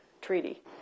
treaty